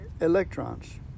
electrons